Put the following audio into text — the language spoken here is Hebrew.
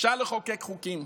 שאפשר לחוקק חוקים